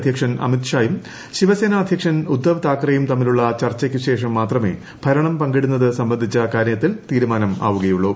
അധ്യക്ഷൻ അമിത് ഷായും ശിവസ്നേനിഅധ്യക്ഷൻ ഉദ്ദവ് താക്കറെയും തമ്മിലുള്ള ചർച്ചയ്ക്ക് ശേഷം മാത്രമേ ഭരണം പങ്കിടുന്നത് സംബന്ധിച്ച കാര്യത്തിൽ തീരുമാനമാവുക്യുള്ളു